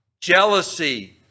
jealousy